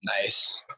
nice